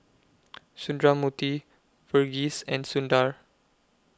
Sundramoorthy Verghese and Sundar